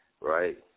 right